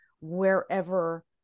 wherever